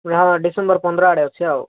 ନା ମ ଡିସେମ୍ବର ପନ୍ଦର ଆଡ଼େ ଅଛି ଆଉ